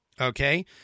Okay